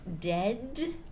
dead